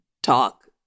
Talk